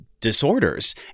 disorders